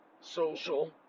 social